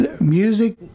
music